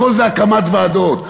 הכול זה הקמת ועדות.